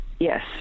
Yes